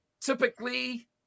Typically